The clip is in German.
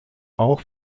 auch